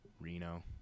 Reno